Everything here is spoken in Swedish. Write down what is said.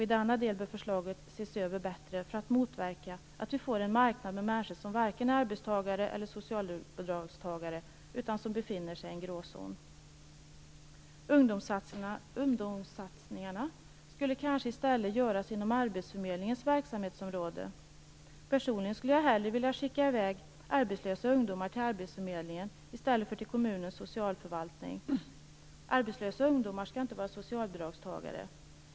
I denna del bör förslaget ses över bättre för att motverka att vi får en marknad med människor som varken är arbetstagare eller socialbidragstagare utan befinner sig i en gråzon. Ungdomssatsningarna skulle kanske i stället göras inom arbetsförmedlingens verksamhetsområde. Personligen skulle jag hellre vilja skicka i väg arbetslösa ungdomar till arbetsförmedlingen än till kommunens socialförvaltning. Arbetslösa ungdomar skall inte vara socialbidragstagare.